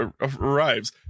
arrives